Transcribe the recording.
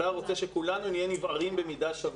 אתה רוצה שכולנו נהיה נבערים במידה שווה.